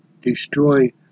destroy